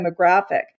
demographic